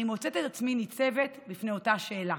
אני מוצאת את עצמי ניצבת בפני אותה שאלה: